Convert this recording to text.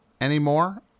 anymore